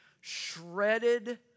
shredded